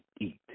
eat